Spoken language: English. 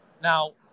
Now